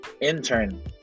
intern